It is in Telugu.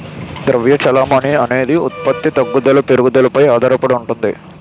ద్రవ్య చెలామణి అనేది ఉత్పత్తి తగ్గుదల పెరుగుదలపై ఆధారడి ఉంటుంది